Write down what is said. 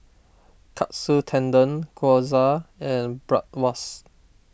Katsu Tendon Gyoza and Bratwurst